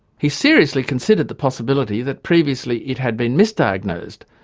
he seriously considered the possibility that previously it had been misdiagnosed,